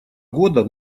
года